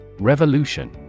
Revolution